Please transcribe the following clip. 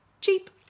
Cheap